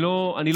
אני לא מתווכח.